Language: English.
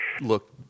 look